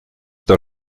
der